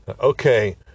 okay